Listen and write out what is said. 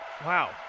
Wow